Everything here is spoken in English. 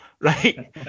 right